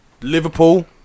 Liverpool